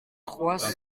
trois